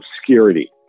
obscurity